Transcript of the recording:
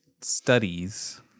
studies